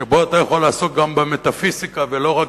שבו אתה יכול לעסוק גם במטאפיזיקה ולא רק